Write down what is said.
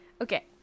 Okay